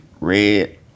Red